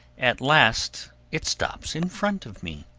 at last it stops in front of me,